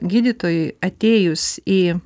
gydytojui atėjus į